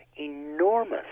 enormous